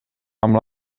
amb